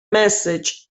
message